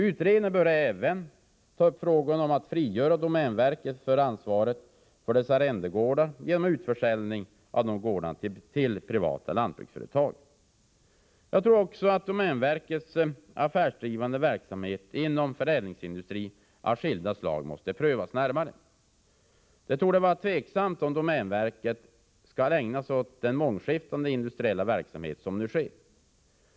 Utredningen bör även ta upp frågan om att frigöra domänverket från ansvaret för dess arrendegårdar genom en utförsäljning av dessa till privata lantbruksföretag. Jag tror också att domänverkets affärsdrivande verksamhet inom förädlingsindustri av skilda slag måste prövas närmare. Det är osäkert om domänverket skall ägna sig åt en så mångskiftande industriell verksamhet som nu är fallet.